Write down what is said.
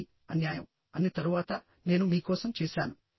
అది అన్యాయం అన్ని తరువాత నేను మీ కోసం చేశాను